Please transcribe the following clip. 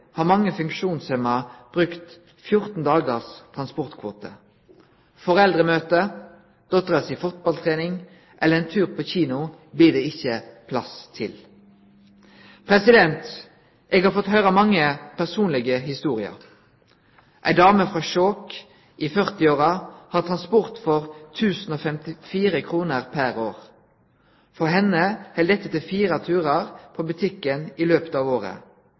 har mange funksjonshemma brukt fjorten dagars transportkvote. Foreldremøte, dottera si fotballtrening eller ein tur på kino blir det ikkje plass til. Eg har fått høre mange personlege historier. Ei dame i 40-åra frå Skjåk har transport for 1 054 kr pr. år. For henne held dette til fire turar på butikken i løpet av året.